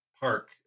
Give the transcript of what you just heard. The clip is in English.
park